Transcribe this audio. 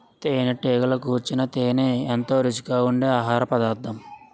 తేనెటీగలు కూర్చిన తేనే ఎంతో రుచిగా ఉండె ఆహారపదార్థం